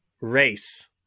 Race